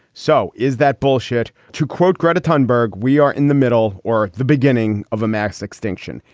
so is that bullshit to quote gretton honberg, we are in the middle or the beginning of a mass extinction?